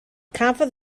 cafodd